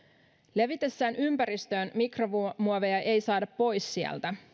levittyään ympäristöön mikromuoveja ei saada pois sieltä